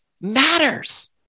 matters